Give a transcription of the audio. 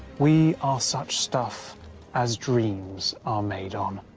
we are such stuff as dreams are made on.